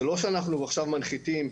זה לא שאנחנו עכשיו מנחיתים,